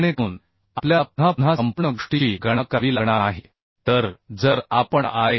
जेणेकरून आपल्याला पुन्हा पुन्हा संपूर्ण गोष्टींची गणना करावी लागणार नाही तर जर आपण आय